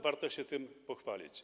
Warto się tym pochwalić.